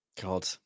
God